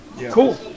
cool